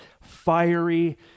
fiery